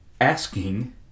asking